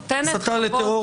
נותנת חוות דעת --- הסתה לטרור,